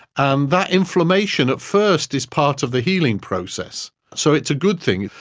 and that inflammation at first is part of the healing process, so it's a good thing,